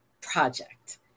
project